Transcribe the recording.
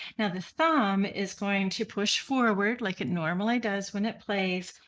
now the thumb is going to push forward, like it normally does when it plays,